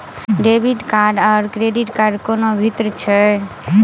Debit card आ credit कोना भिन्न है?